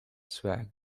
swag